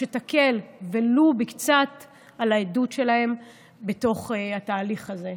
שתקל ולו קצת על העדות שלהם בתוך התהליך הזה.